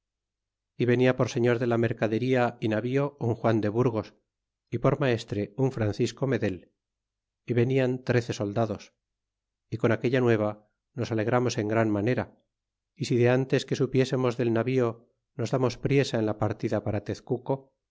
y venia por seüor de la mercadería y navío un juan de burgos y por maestre un francisco medel y venian trece soldados y con aquella nueva nos alegrarnos en gran manera y si de ntes que supiésemos dcl navío nos libamos priesa en la partida para tezenco